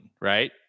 right